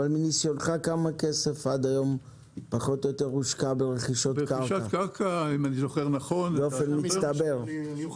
מניסיונך כמה כסף עד היום פחות או יותר הושקע ברכישת קרקע באופן מצטבר?